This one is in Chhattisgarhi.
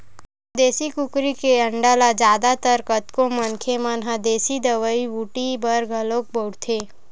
देसी कुकरी के अंडा ल जादा तर कतको मनखे मन ह देसी दवई बूटी बर घलोक बउरथे